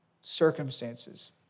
circumstances